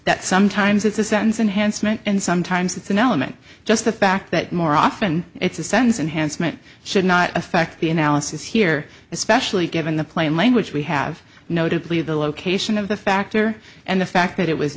that sometimes it's a sentence enhanced and sometimes it's an element just the fact that more often it's a sense unhandsome it should not affect the analysis here especially given the plain language we have notably the location of the factor and the fact that it was